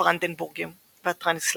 הברנדרבורגים והטראניסלבים.